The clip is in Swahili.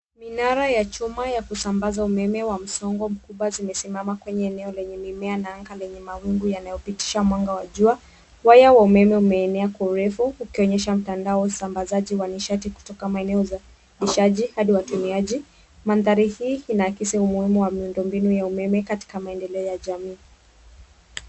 Minara ya chuma ya kusambaza umeme wa msongo mkubwa zimesimama kwenye eneo lenye mimea na anga lenye mawingu yanayopitisha mwanga wa jua. Waya wa umeme umeenea kwa urefu, ukionyesha mtandao wa usambazaji wa nishati kutoka maeneo za uzalishaji hadi watumiaji. Mandhari hii inaakisi umuhimu wa miundombinu ya umeme katika maendeleo ya jamii.